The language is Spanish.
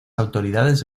autoridades